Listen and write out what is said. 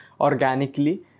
organically